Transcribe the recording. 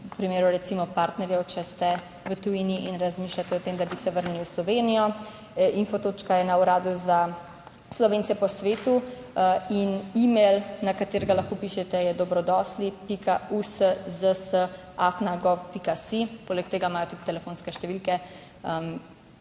v primeru recimo partnerjev, če ste v tujini in razmišljate o tem, da bi se vrnili v Slovenijo. Info točka je na Uradu za Slovence po svetu in e-mail, na katerega lahko pišete, je dobrodosli.uszs@gov.si. Poleg tega imajo tudi telefonske številke